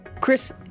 Chris